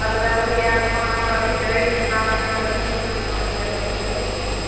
ଅଲଗା ବହି ଆଉ କ'ଣ କ'ଣ ରଖିଛ ଏଇ ମାଆ ମାନଙ୍କର ଝୋଟି ଫୋଟି କ'ଣ ତିଆରି ବହି ରଖିଛ କି